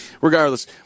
Regardless